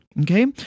Okay